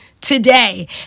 today